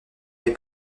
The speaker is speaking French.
les